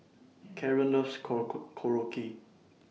Karan loves Korokke